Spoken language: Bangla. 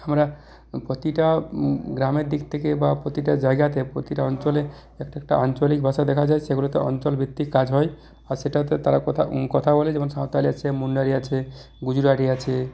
আমরা প্রতিটা গ্রামের দিক থেকে বা প্রতিটা জায়গাতে প্রতিটা অঞ্চলে একটা একটা আঞ্চলিক ভাষা দেখা যায় সেগুলোতে অঞ্চল ভিত্তিক কাজ হয় আর সেটাতে তার কথা কথাও বলে যেমন সাঁওতালি আছে মুন্ডারি আছে গুজরাটি আছে